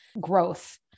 growth